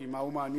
כי מה הוא מעניין,